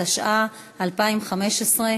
התשע"ו 2015,